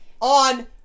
on